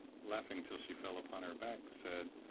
laughing till she fell upon her back, said,